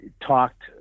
talked